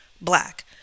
Black